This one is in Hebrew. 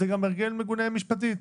זה גם הרגל מגונה משפטית.